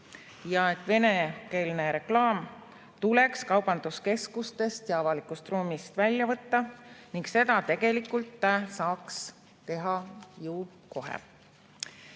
ja et venekeelne reklaam tuleks kaubanduskeskustest ja avalikust ruumist välja võtta ning seda tegelikult saaks teha ju kohe.